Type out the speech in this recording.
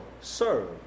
serve